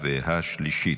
11 בעד,